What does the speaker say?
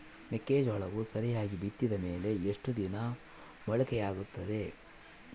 ಮೆಕ್ಕೆಜೋಳವು ಸರಿಯಾಗಿ ಬಿತ್ತಿದ ಮೇಲೆ ಎಷ್ಟು ದಿನಕ್ಕೆ ಮೊಳಕೆಯಾಗುತ್ತೆ?